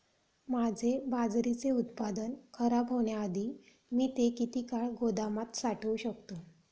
माझे बाजरीचे उत्पादन खराब होण्याआधी मी ते किती काळ गोदामात साठवू शकतो?